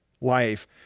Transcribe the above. life